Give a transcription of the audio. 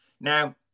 Now